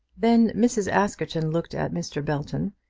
then mrs. askerton looked at mr. belton,